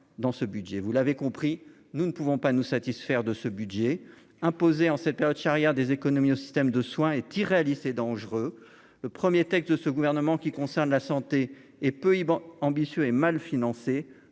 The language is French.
dans ce budget, vous l'avez compris, nous ne pouvons pas nous satisfaire de ce budget imposée en cette période charnière des économies au système de soins est irréaliste et dangereux, le 1er, texte de ce gouvernement qui concerne la santé et peu ambitieux et mal financée,